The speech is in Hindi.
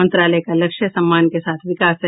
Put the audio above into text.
मंत्रालय का लक्ष्य सम्मान के साथ विकास है